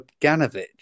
ganovich